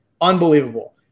unbelievable